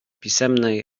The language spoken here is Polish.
pisemnej